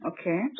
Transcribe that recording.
okay